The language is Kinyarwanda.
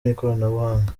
n’ikoranabuhanga